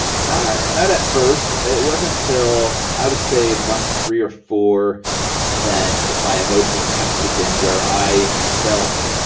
not not at first. it wasn't till i would say month three or four that my emotions kind of kicked in where i felt,